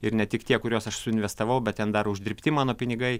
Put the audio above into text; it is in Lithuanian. ir ne tik tie kuriuos aš suinvestavau bet ten dar uždirbti mano pinigai